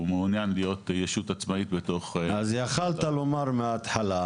הוא מעוניין להיות ישות עצמאית בתוך --- אז יכולת לומר מהתחלה,